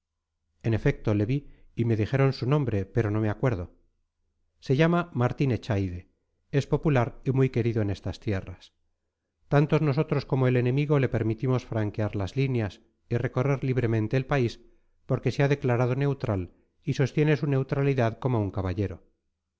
en efecto le vi y me dijeron su nombre pero no me acuerdo se llama martín echaide es popular y muy querido en estas tierras tanto nosotros como el enemigo le permitimos franquear las líneas y recorrer libremente el país porque se ha declarado neutral y sostiene su neutralidad como un caballero